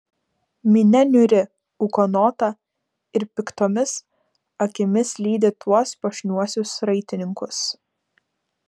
minia niūri ūkanota ir piktomis akimis lydi tuos puošniuosius raitininkus